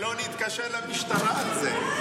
שלא נתקשר למשטרה על זה.